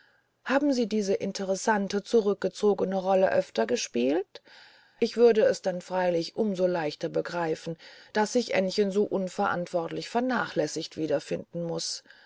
haben sie diese interessante zurückgezogene rolle öfter gespielt ich würde es dann freilich um so leichter begreifen daß ich aennchen so unverantwortlich vernachlässigt wiederfinden muß